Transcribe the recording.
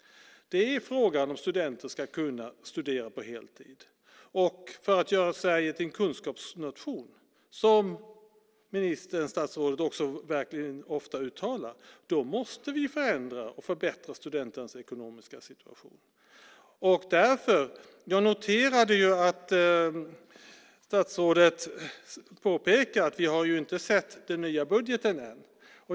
Det handlar om ifall studenterna ska kunna studera på heltid. För att göra Sverige till en kunskapsnation, något som statsrådet ofta uttalat, måste vi förändra och förbättra studenternas ekonomiska situation. Jag noterade att statsrådet påpekade att vi ännu inte sett den nya budgeten.